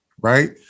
right